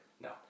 No